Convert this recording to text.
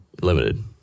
limited